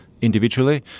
individually